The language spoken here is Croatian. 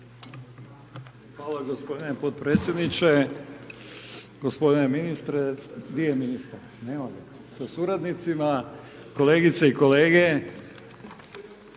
Hvala gospodine podpredsjedniče, gospodine ministre, gdje je ministar, nema ga, sa suradnicima, kolegice i kolege.